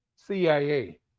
CIA